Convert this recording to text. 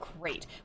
great